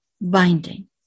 binding